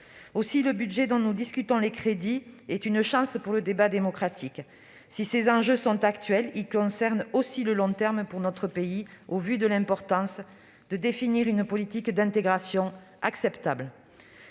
Aussi, le budget dont nous discutons les crédits est une chance pour le débat démocratique : si ses enjeux sont actuels, ils concernent aussi le long terme pour notre pays, compte tenu de l'importance qui s'attache à la définition d'une politique d'intégration acceptable.